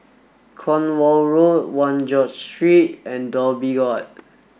Cornwall Road One George Street and Dhoby Ghaut